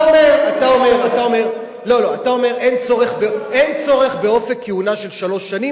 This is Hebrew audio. אתה אומר: אין צורך באופק כהונה של שלוש שנים.